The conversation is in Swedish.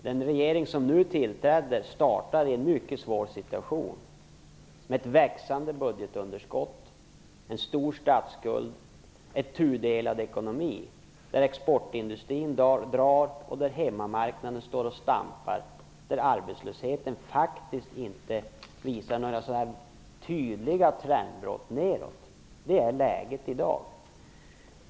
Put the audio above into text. Den regering som nu tillträtt startar i en mycket svår situation med ett växande budgetunderskott och en stor statsskuld, en tudelad ekonomi där exportindustrin drar, hemmamarknaden står och stampar och arbetslösheten faktiskt inte visar några tydliga trendbrott nedåt. Så är läget i dag.